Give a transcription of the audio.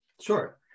sure